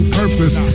purpose